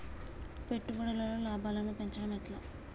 పెట్టుబడులలో లాభాలను పెంచడం ఎట్లా?